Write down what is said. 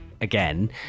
again